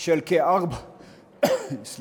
של כארבע שנים,